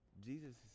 Jesus